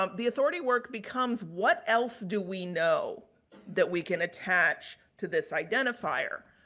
um the authority work becomes what else do we know that we can attach to this identifier?